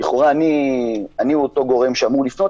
לכאורה אני הוא אותו גורם שאמור לפנות